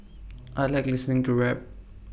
I Like listening to rap